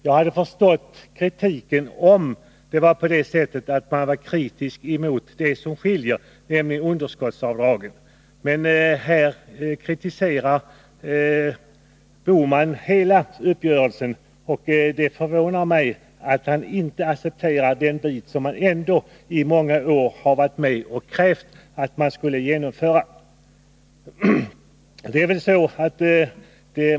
Jag hade förstått kritiken, om han hade varit kritisk mot det som skiljer, nämligen underskottsavdraget. Men här kritiserar herr Bohman hela uppgörelsen, och det förvånar mig att han inte accepterar den bit som han ändå i många år har krävt att man skall genomföra.